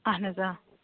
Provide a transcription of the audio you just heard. اَہَن حظ آ